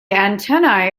antennae